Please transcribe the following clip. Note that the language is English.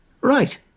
Right